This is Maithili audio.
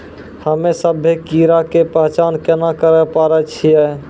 हम्मे सभ्भे कीड़ा के पहचान केना करे पाड़ै छियै?